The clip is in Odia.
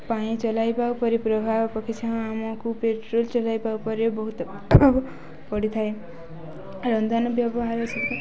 ପାଇଁ ଚଲାଇବା ଉପରି ପ୍ରଭାବ ଆମକୁ ପେଟ୍ରୋଲ ଚଲାଇବା ପରେ ବହୁତ ପ୍ରଭାବ ପଡ଼ିଥାଏ ରନ୍ଧନ ବ୍ୟବହାର ସହିତ